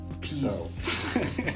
peace